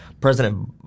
President